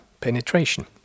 penetration